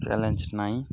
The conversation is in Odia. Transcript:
ଚ୍ୟାଲେଞ୍ଜ ନାଇଁ